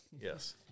Yes